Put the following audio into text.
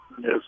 Yes